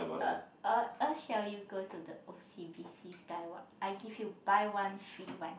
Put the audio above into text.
uh uh uh shall you go to the o_c_b_s sky walk I give you buy one free one